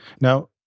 Now